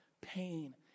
pain